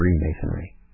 Freemasonry